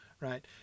right